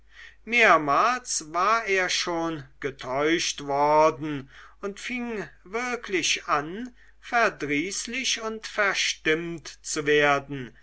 mehrmals war er schon getäuscht worden und sing wirklich an verdrießlich und verstimmt zu werden